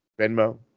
Venmo